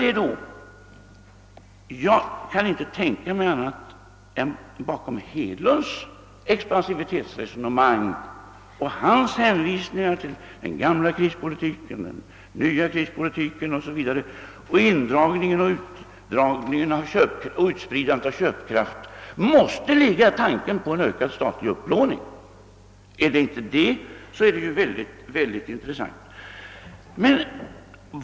Jag kan i varje fall inte tänka mig annat än att bakom herr Hedlunds expansivitetsresonemang — hans hänvisningar till den gamla krispolitiken, den nya krispolitiken o. s. v. och behovet av indragning och utspridande av köpkraft — måste ligga tanken på en ökad statlig upplåning, och det är ju verkligen intressant.